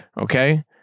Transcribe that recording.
okay